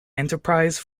enterprise